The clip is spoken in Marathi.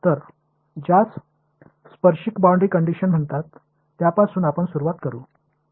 तर ज्यास स्पर्शिक बाउंड्री कंडिशन म्हणतात त्यापासून आपण सुरूवात करू